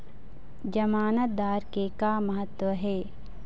जमानतदार के का महत्व हे?